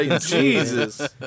Jesus